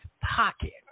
pocket